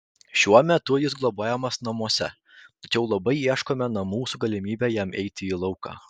šiuo metu jis globojamas namuose tačiau labai ieškome namų su galimybe jam eiti į lauką